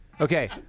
Okay